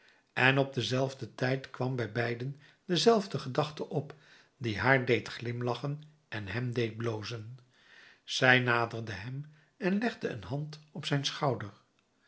en op denzelfden tijd kwam bij beiden dezelfde gedachte op die haar deed glimlachen en hem deed blozen zij naderde hem en legde een hand op zijn schouder